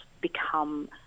become